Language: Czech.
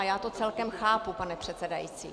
Já to celkem chápu, pane předsedající.